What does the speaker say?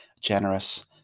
generous